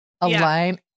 align